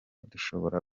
dushobora